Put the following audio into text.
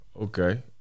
Okay